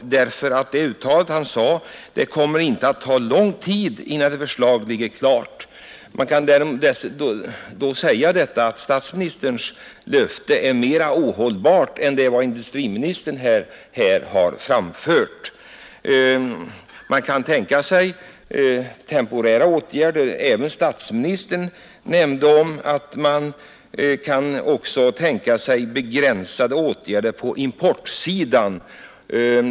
Han sade nämligen att det inte kommer att ta lång tid innan förslaget ligger klart. Man kan därför säga att statsministerns löfte är utan täckning. Industriministern har givit ett svar som man hoppas skall vara hållbart. Man kan också tänka sig temporära åtgärder; statsministern nämnde bl.a. åtgärder på importsidan.